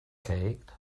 cake